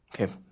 Okay